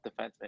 defenseman